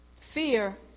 fear